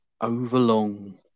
overlong